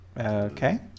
Okay